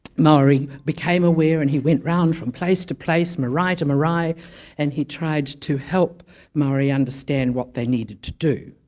maori became aware and he went round from place to place, marae to marae and he tried to help maori understand what they needed to do